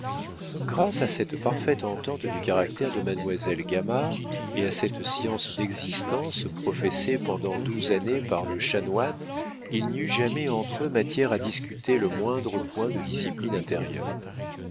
grâce à cette parfaite entente du caractère de mademoiselle gamard et à cette science d'existence professée pendant douze années par le chanoine il n'y eut jamais entre eux matière à discuter le moindre point de discipline intérieure